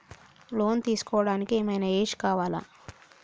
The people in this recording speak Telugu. లోన్ తీస్కోవడానికి ఏం ఐనా ఏజ్ కావాలా?